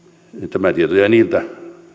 tämä tieto jää niiltä